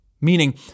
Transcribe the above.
meaning